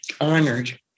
honored